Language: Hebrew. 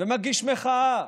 ומגיש מחאה,